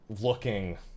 looking